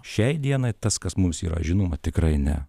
šiai dienai tas kas mums yra žinoma tikrai ne